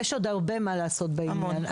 יש עוד הרבה מה לעשות בעניין.